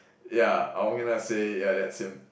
yeah I'm gonna say yeah that's him